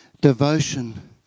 Devotion